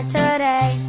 today